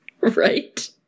Right